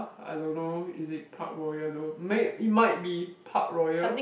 I don't know is it Park Royal though may it might be Park Royal